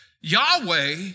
Yahweh